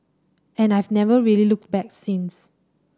and I've never really looked back since